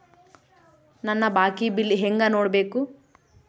ನನ್ನ ಬಾಕಿ ಬಿಲ್ ಹೆಂಗ ನೋಡ್ಬೇಕು?